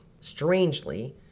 Strangely